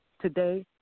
today